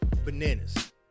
Bananas